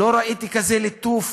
לא ראיתי כזה ליטוף